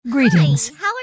Greetings